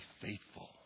faithful